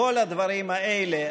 לכל הדברים האלה